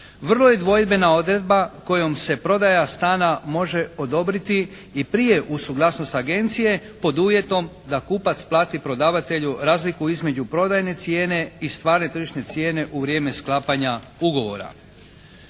Vrlo je dvojbena odredba kojom se prodaja stana može odobriti i prije uz suglasnost agencije pod uvjetom da kupac plati prodavatelju razliku između prodajne cijene i stvarne tržišne cijene u vrijeme sklapanja ugovora.